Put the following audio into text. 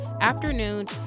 afternoon